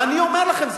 ואני אומר לכם,